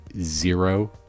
zero